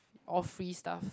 all free stuff